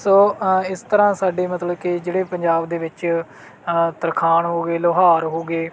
ਸੋ ਇਸ ਤਰ੍ਹਾਂ ਸਾਡੇ ਮਤਲਬ ਕਿ ਜਿਹੜੇ ਪੰਜਾਬ ਦੇ ਵਿੱਚ ਤਰਖਾਣ ਹੋ ਗਏ ਲੁਹਾਰ ਹੋ ਗਏ